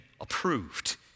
approved